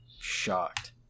shocked